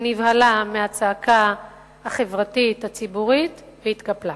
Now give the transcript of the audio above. היא נבהלה מהצעקה החברתית, הציבורית, היא התקפלה.